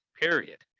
Period